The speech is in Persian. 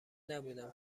نبودم